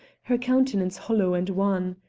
her countenance hollow and wan.